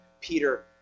Peter